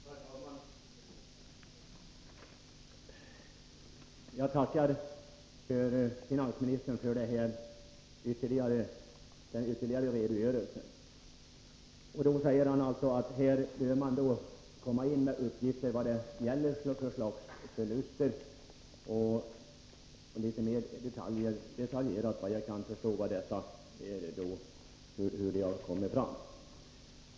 Herr talman! Jag tackar finansministern för den kompletterande redogörelsen. Han säger alltså att man bör komma in med uppgifter om vad det gäller för slags förluster, och vad jag kan förstå anser han att det behövs litet mer detaljerade upplysningar.